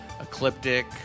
ecliptic